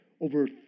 over